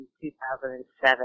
2007